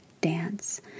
dance